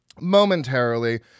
momentarily